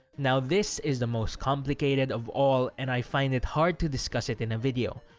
now this is the most complicated of all and i find it hard to discuss it in a video.